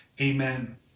Amen